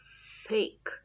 fake